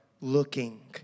looking